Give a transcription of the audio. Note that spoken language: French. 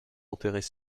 enterrés